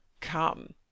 come